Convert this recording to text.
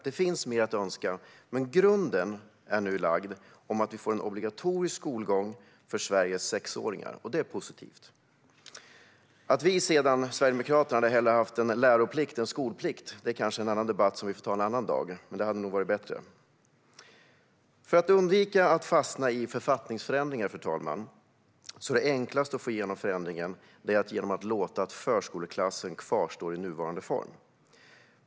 Det finns mer att önska, men grunden är nu lagd för att vi ska få en obligatorisk skolgång för Sveriges sexåringar, och det är positivt. Att Sverigedemokraterna hellre hade haft en läroplikt än skolplikt kanske är en annan debatt som vi får ta en annan dag. Men det hade nog varit bättre. För att undvika att fastna i författningsförändringar, fru talman, är det enklaste för att få igenom förändringen att låta förskoleklassen kvarstå i nuvarande form.